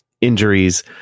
injuries